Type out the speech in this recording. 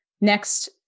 Next